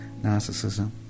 narcissism